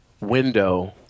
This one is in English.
window